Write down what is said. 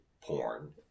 porn